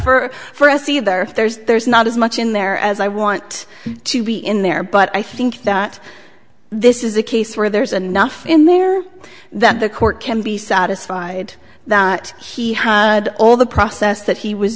for for us either there's there's not as much in there as i want to be in there but i think that this is a case where there's enough in there that the court can be satisfied that he has all the process that he w